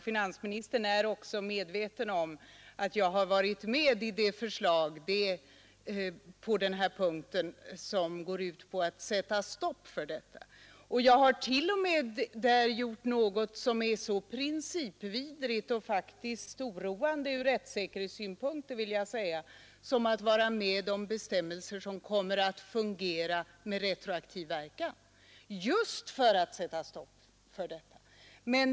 Finansministern är också medveten om att jag varit med om att på denna punkt lägga fram förslag som går ut på att sätta stopp för detta.